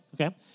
okay